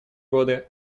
годы